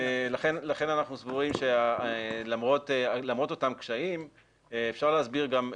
לכן אנחנו סבורים שלמרות אותם קשיים אפשר להסביר גם,